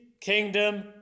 kingdom